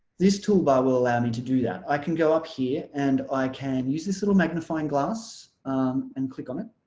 this toolbar will allow me to do that i can go up here and i can use this little magnifying glass and click on it